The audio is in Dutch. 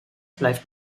blijft